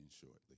shortly